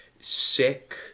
sick